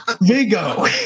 Vigo